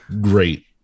great